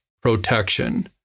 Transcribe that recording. protection